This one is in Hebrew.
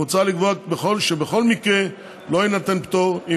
מוצע לקבוע שבכל מקרה לא יינתן פטור אם